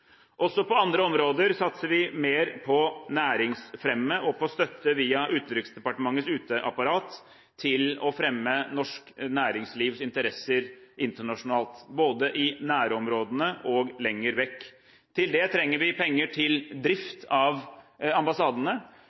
Også på andre områder satser vi mer på næringsfremme og på støtte via Utenriksdepartementets uteapparat til å fremme norsk næringslivs interesser internasjonalt, både i nærområdene og lenger vekk. Til det trenger vi penger til drift av ambassadene.